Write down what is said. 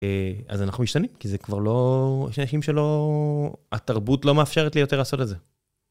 אז אנחנו משתנים, כי זה כבר לא... יש אנשים שלא... התרבות לא מאפשרת לי יותר לעשות את זה.